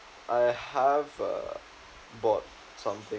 I have uh bought some things